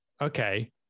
okay